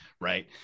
right